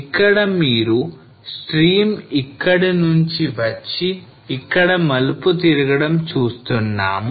ఇక్కడ మీరు stream ఇక్కడి నుంచి వచ్చి ఇక్కడ మలుపు తిరగడం చూస్తున్నాం